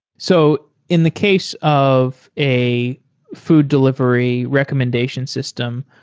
so in the case of a food delivery recommendation system,